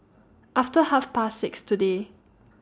after Half Past six today